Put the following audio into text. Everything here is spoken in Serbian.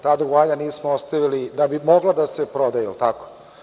Ta dugovanja nismo ostavili da bi mogla da se prodaju, jel tako?